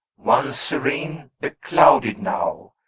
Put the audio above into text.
once serene, beclouded now,